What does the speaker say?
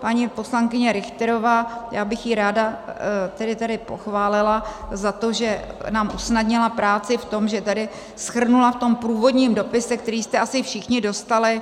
Paní poslankyně Richterová já bych ji tady ráda pochválila za to, že nám usnadnila práci v tom, že tady shrnula v průvodním dopise, který jste asi všichni dostali,